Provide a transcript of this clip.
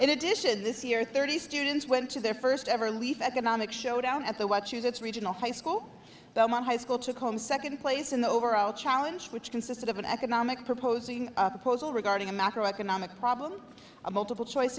in addition this year thirty students went to their first ever leave economic showdown at the white shoes its regional high school one high school took home second place in the overall challenge which consisted of an economic proposing postal regarding a macro economic problem a multiple choice